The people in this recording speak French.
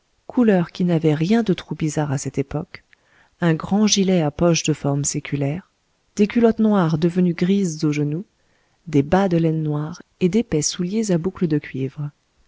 couleur qui n'avait rien de trop bizarre à cette époque un grand gilet à poches de forme séculaire des culottes noires devenues grises aux genoux des bas de laine noire et d'épais souliers à boucles de cuivre